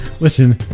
listen